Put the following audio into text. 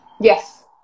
Yes